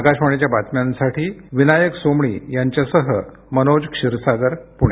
आकाशवाणी बातम्यांसाठी विनायक सोमणी यांच्यासह मनोज क्षीरसागर पुणे